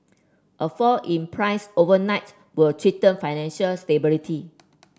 a fall in price overnight will threaten financial stability